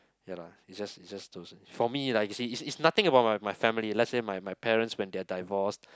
ya lah is just is just don't say for me like you see you see is nothing about my my family let's say my my parents when they're divorced